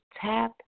tap